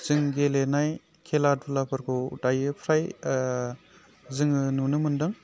जों गेलेनाय खेला धुलाफोरखौ दायो फ्राय जोङो नुनो मोनदों